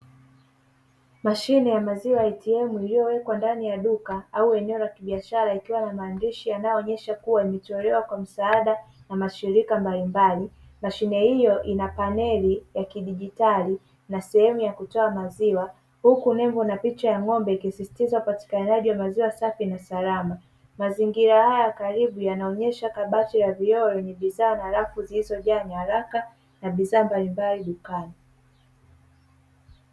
Mashine ya maziwa "ATM" iliyowekwa ndani ya duka au eneo la kibiashara likiwa na maandishi anaonyesha kuwa imejitolewa kwa msaada na mashirika mbalimbali. Mashine hiyo ina paneli ya kidigitali na sehemu ya kutoa maziwa. Huku ni mbwa na picha ya ng'ombe ikisisitiza upatikanaji wa maziwa safi na salama. Mazingira haya karibu yanaonyesha kabati la vioo lenye bidhaa na rafu zilizojaa nyaraka na bidhaa mbalimbali dukani.